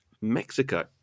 Mexico